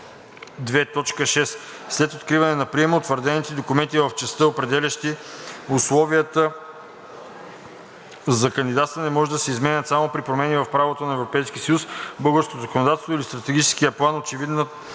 т. 6. След откриване на приема утвърдените документи в частта, определяща условията за кандидатстване, може да се изменят само при промени в правото на Европейския съюз, българското законодателство или Стратегическия план, очевидна